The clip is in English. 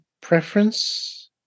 preference